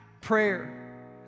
Prayer